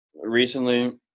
recently